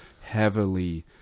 heavily